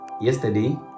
yesterday